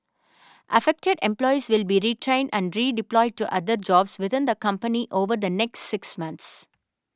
affected employees will be retrained and redeployed to other jobs within the company over the next six months